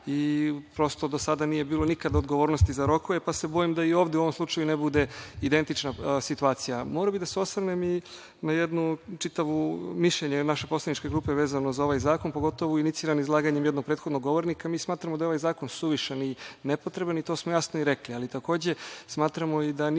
i prosto, do sada nije bilo nikad odgovornosti za rokove, pa se bojim da i ovde u ovom slučaju ne bude identična situacija. Morao bih da se osvrnem i na jedno mišljenje naše poslaničke grupe vezano za ovaj zakon, pogotovu iniciran izlaganjem jednog prethodnog govornika. Mi smatramo da je ovaj zakon suvišan i nepotreban i to smo jasno i rekli. Ali, takođe, smatramo i da nije